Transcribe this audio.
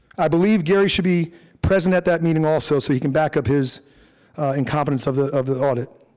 i believe gary should be present at that meeting also so he can back up his incompetence of the of the audit.